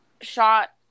shot